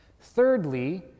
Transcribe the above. Thirdly